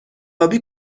آبی